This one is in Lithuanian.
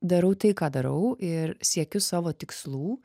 darau tai ką darau ir siekiu savo tikslų